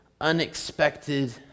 unexpected